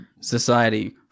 society